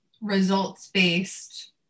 results-based